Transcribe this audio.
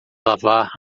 lavar